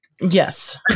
Yes